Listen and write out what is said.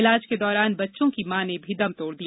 इलाज के दौरान बच्चों की मां ने दम तोड़ दिया